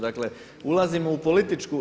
Dakle, ulazimo u političku.